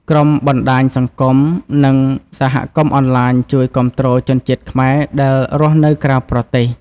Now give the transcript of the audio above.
ក្រុមបណ្តាញសង្គម និងសហគមន៍អនឡាញជួយគាំទ្រជនជាតិខ្មែរដែលរស់នៅក្រៅប្រទេស។